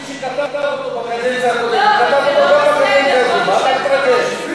מי שכתב אותו בקדנציה הקודמת, מה אתה מתרגש?